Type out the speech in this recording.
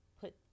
put